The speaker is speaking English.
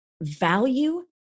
value